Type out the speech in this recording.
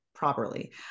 properly